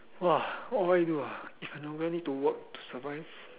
!wah! what would I do ah if I don't need to work to survive